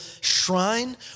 shrine